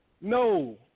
No